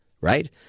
right